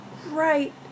Right